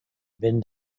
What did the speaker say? been